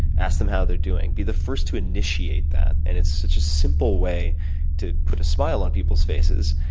ask them how they're doing. be the first to initiate that, and it's such a simple way to put a smile on people's faces.